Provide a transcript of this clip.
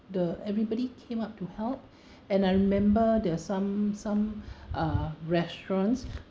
the everybody came up to help and I remember there was some some uh restaurants